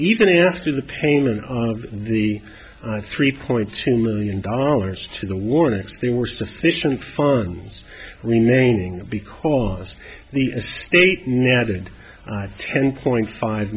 even after the payment of the three point two million dollars to the warrants they were sufficient farms remaining because the state now added ten point five